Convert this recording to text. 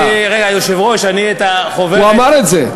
אדוני היושב-ראש, את החוברת אני, הוא אמר את זה.